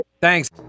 Thanks